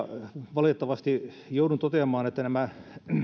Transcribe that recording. valitettavasti joudun toteamaan että nämä